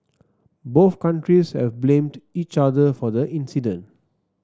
both countries have blamed each other for the incident